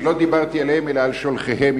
לא דיברתי עליהם אלא על שולחיהם,